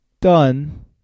done